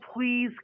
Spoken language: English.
please